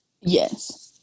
Yes